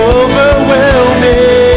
overwhelming